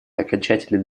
окончательный